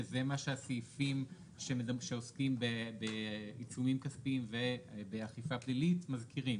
וזה מה שהסעיפים שעוסקים בעיצומים כספיים ובאכיפה פלילית מזכירים,